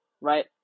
right